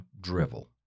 drivel